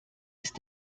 ist